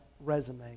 resume